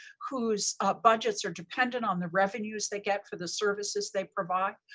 whose ah budgets are dependent on the revenues they get for the services they provide.